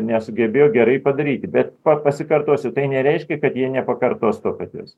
nesugebėjo gerai padaryti bet pa pasikartosiu tai nereiškia kad jie nepakartos to paties